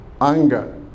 anger